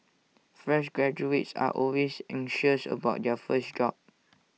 fresh graduates are always anxious about their first job